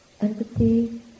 empathy